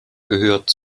gehört